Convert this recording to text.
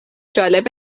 جالب